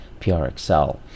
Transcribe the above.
PRXL